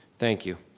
thank you.